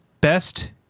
Best